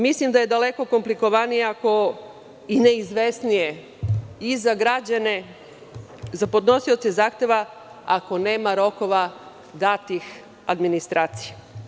Mislim da je daleko komplikovanije i neizvesnije i za građane podnosioce zahteva ako nema rokova datih administraciji.